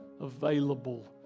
available